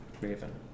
raven